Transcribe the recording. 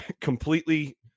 completely